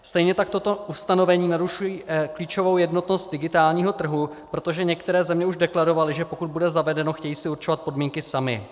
Stejně tak tato ustanovení narušují klíčovou jednotnost digitálního trhu, protože některé země už deklarovaly, že pokud bude zavedeno, chtějí si určovat podmínky samy.